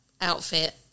outfit